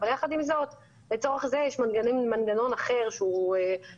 אבל יחד עם זאת לצורך זה יש מנגנון אחר שהוא חוק